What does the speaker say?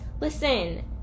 listen